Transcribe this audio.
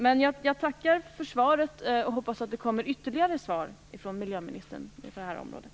Men jag tackar för svaret och hoppas att det kommer ytterligare svar från miljöministern på det här området.